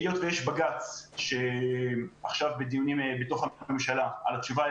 היות ויש בג"ץ שנמצא עכשיו בדיונים בממשלה לגבי התשובה,